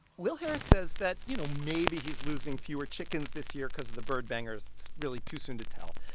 will harris says that, you know, maybe he's losing fewer chickens this year cause of the bird bangers. it's really too soon to tell.